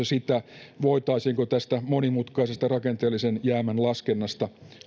sitä voitaisiinko tästä monimutkaisesta rakenteellisen jäämän laskennasta